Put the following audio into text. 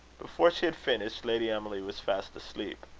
before she had finished, lady emily was fast asleep.